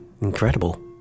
Incredible